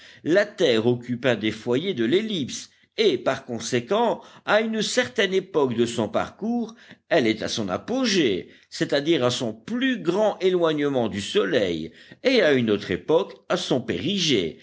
la terre occupe un des foyers de l'ellipse et par conséquent à une certaine époque de son parcours elle est à son apogée c'est-à-dire à son plus grand éloignement du soleil et à une autre époque à son périgée